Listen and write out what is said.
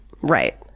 Right